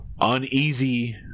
uneasy